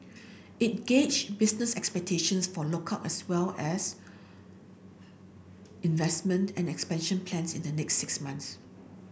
it gauge business expectations for lookout as well as investment and expansion plans in the next six months